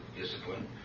discipline